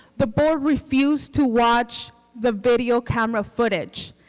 the board refused to watch the video camera footage,